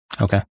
Okay